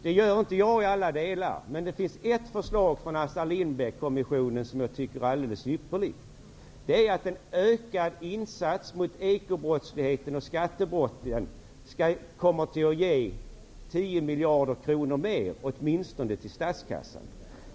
Det gör inte jag i alla delar, men jag tycker att ett förslag från kommissionen är alldeles ypperligt. Den menar att en ökad insats mot ekobrottsligheten och skattebrotten kommer att ge åtminstone 10 miljarder kronor mer till statskassan.